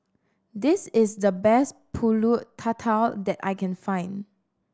this is the best Pulut Tatal that I can find